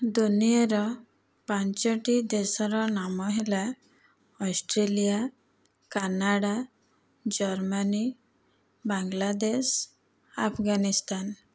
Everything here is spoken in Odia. ଦୁନିଆଁ ର ପାଞ୍ଚୋଟି ଦେଶର ନାମ ହେଲା Australia Canada Germany Bangladesh Afghanistan